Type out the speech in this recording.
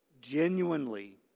genuinely